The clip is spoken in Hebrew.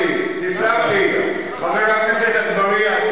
חבר הכנסת אגבאריה,